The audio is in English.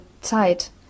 Zeit